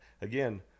again